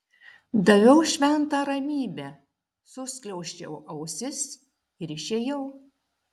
daviau šventą ramybę suskliausčiau ausis ir išėjau